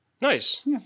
Nice